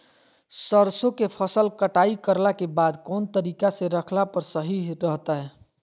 सरसों के फसल कटाई करला के बाद कौन तरीका से रखला पर सही रहतय?